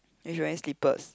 and she wearing slippers